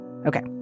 Okay